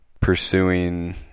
pursuing